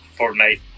Fortnite